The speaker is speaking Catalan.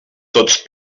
tots